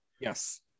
Yes